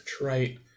right